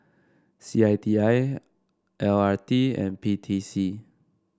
C I T I L R T and P T C